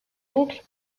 oncles